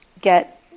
get